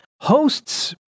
hosts